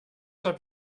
habt